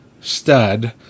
stud